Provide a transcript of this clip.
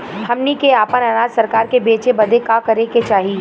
हमनी के आपन अनाज सरकार के बेचे बदे का करे के चाही?